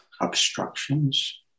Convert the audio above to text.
obstructions